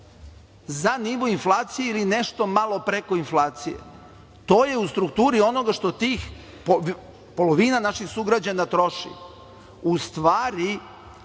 za nivo inflacije ili nešto malo preko inflacije, to je u strukturi onoga što polovina naših sugrađana troši. U stvari,